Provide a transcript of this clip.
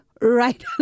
right